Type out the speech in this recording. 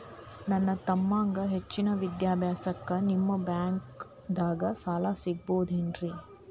ನನ್ನ ತಮ್ಮಗ ಹೆಚ್ಚಿನ ವಿದ್ಯಾಭ್ಯಾಸಕ್ಕ ನಿಮ್ಮ ಬ್ಯಾಂಕ್ ದಾಗ ಸಾಲ ಸಿಗಬಹುದೇನ್ರಿ?